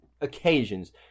occasions